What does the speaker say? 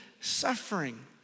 suffering